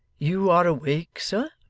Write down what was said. you are awake, sir